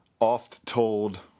oft-told